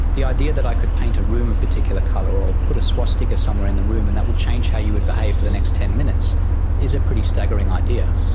the idea that i could paint a room a particular colour or put a swastika somewhere in the room and that would change how you would behave for the next ten minutes is a pretty staggering idea.